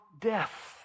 death